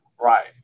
right